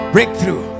Breakthrough